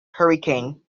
hurricane